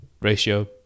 ratio